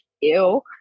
Ew